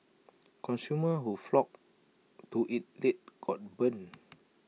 consumers who flocked to IT late got burned